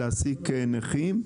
להעסיק נכים,